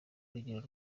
urugero